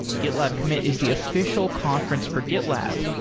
gitlab commit is the official conference for gitlab.